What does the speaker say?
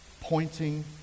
pointing